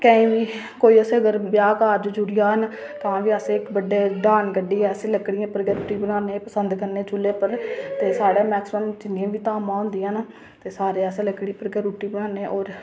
केईं कोई असेंगी अगर ब्याह् कारज जुड़ी जाह्न ते तां बी अस इक बड्डा डाह्न कड्ढियै लकड़ियें पर गै रुट्टी बनाना पसंद करने ते साढ़े मैक्सीमम जिन्नियां बी धामां होंदियां न ते सारे अस लकड़ी पर गै रुट्टी बनाने होर